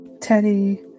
Teddy